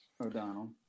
O'Donnell